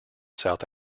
south